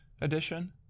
edition